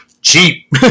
cheap